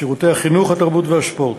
שירותי חינוך, תרבות וספורט.